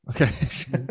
Okay